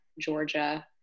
Georgia